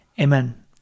Amen